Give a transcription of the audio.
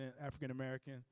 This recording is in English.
African-American